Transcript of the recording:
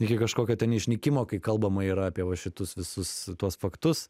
iki kažkokio ten išnykimo kai kalbama yra apie va šitus visus tuos faktus